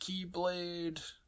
keyblade